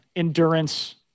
endurance